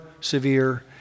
severe